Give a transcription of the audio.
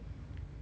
mm